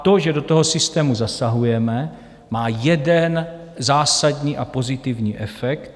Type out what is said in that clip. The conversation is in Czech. To, že do toho systému zasahujeme, má jeden zásadní a pozitivní efekt.